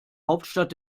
hauptstadt